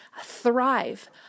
thrive